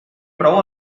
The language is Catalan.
prou